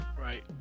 Right